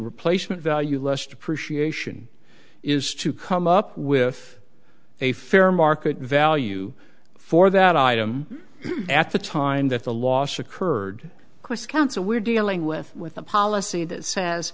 replacement value less depreciation is to come up with a fair market value for that item at the time that the loss occurred course council we're dealing with with a policy that